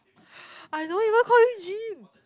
I don't even call you Gene